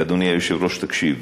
ואדוני היושב-ראש, תקשיב: